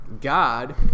God